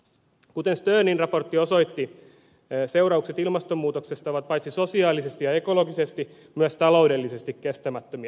kuten sternin raportti osoitti seuraukset ilmastonmuutoksesta ovat paitsi sosiaalisesti ja ekologisesti myös taloudellisesti kestämättömiä